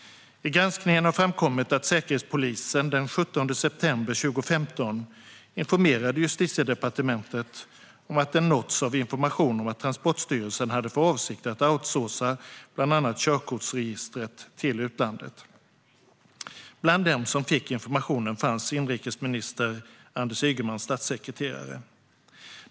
Vid granskningen har framkommit att Säkerhetspolisen den 17 september 2015 informerade Justitiedepartementet om att den nåtts av information om att Transportstyrelsen hade för avsikt att outsourca bland annat körkortsregistret till utlandet. Bland dem som fick informationen fanns inrikesminister Anders Ygemans statssekreterare.